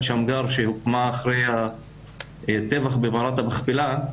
שמגר שהוקמה אחרי הטבח במערת המכפלה,